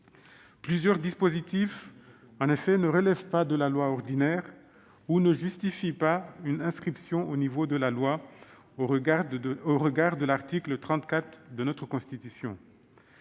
plusieurs dispositifs ne relèvent pas de la loi ordinaire ou ne justifient pas une inscription dans la loi au regard de l'article 34 de la Constitution.